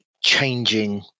changing